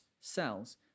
cells